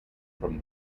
from